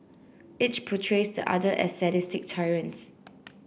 each portrays the other as sadistic tyrants